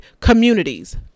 communities